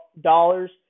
dollars